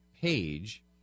page